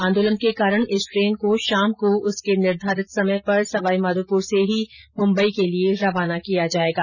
आंदोलन के कारण इस ट्रेन को शाम को उसके निर्धारित समय पर सवाईमाधोपुर से ही मुम्बई के लिये रवाना किया जायेगा